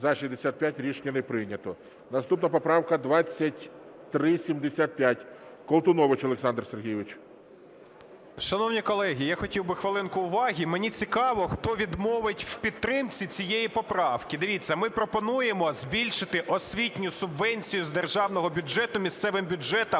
За-65 Рішення не прийнято. Наступна поправка 2375. Колтунович Олександр Сергійович. 11:42:09 КОЛТУНОВИЧ О.С. Шановні колеги, я хотів би хвилинку уваги. Мені цікаво, хто відмовить в підтримці цієї поправки. Дивіться, ми пропонуємо збільшити "Освітню субвенцію з державного бюджету місцевим бюджетам"